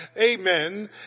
amen